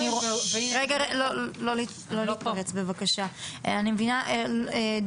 אני מבינה,